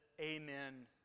amen